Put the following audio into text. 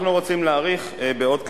אנחנו רוצים להאריך בעוד כשנה.